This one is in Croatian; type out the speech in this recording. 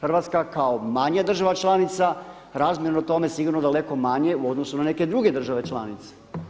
Hrvatska kao manja država članica razmjerno tome sigurno daleko manje u odnosu na neke druge države članice.